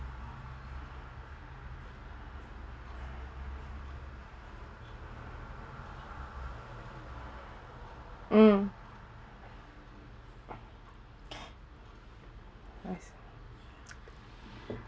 mm nice